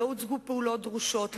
לא הוצגו פעולות דרושות,